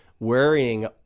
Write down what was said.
worrying